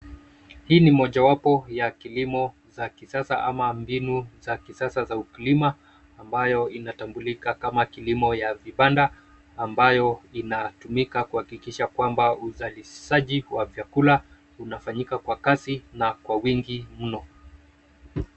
Hili ni mojawapo ya kilimo za kisasa ama mbinu za kisasa za ukulima ambayo inatambulika kama kilimo ya vibanda, ambayo inatumika kuhakikisha kwamba uzalishaji wa vyakula unafanyika kwa kasi na kwa wingi mno.